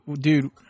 dude